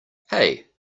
hey